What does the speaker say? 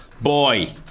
Boy